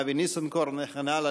אבי ניסנקורן וכן הלאה,